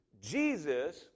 Jesus